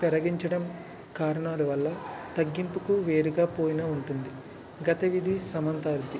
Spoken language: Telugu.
పెరగించడం కారణాలవల్ల తగ్గింపుకు వేరుగా పోయిన ఉంటుంది గతవిధి సమర్ధానికి